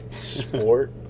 sport